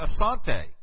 asante